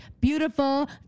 beautiful